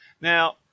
Now